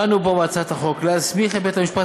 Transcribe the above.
באנו פה בהצעת החוק להסמיך את בית-המשפט